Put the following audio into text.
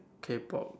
K pop